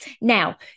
Now